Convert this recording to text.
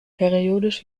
periodisch